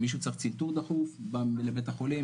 אם מישהו צריך צנתור דחוף בא לבית החולים,